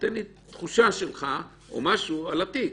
תן לי תחושה שלך על התיק